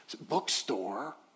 bookstore